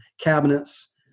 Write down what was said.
cabinets